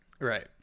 Right